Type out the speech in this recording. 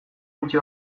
etxe